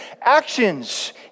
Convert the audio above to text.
actions